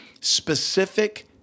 specific